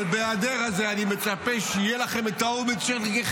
אבל בהיעדר זה אני מצפה שיהיה לכם את האומץ להצביע בעד,